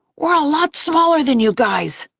we're a lot smaller than you guys,